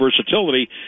versatility